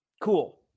cool